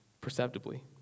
perceptibly